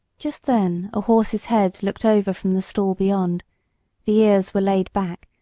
just then a horse's head looked over from the stall beyond the ears were laid back,